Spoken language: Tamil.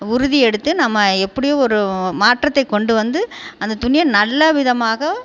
உறுதி எடுத்து நம்ம எப்படியும் ஒரு மாற்றத்தை கொண்டு வந்து அந்த துணியை நல்ல விதமாக